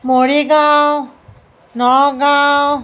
Morigaon Nagaon